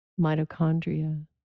mitochondria